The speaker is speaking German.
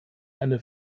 eine